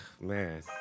Man